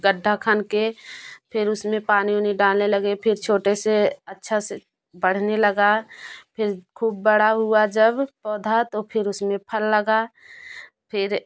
गड्ढा खन के फिर उसमें पानी उनी डालने लगे फिर छोटे से अच्छा से बढ़ने लगा फिर खूब बड़ा हुआ जब पौधा तो फिर उसमें फल लगा फिर